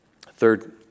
Third